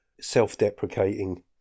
self-deprecating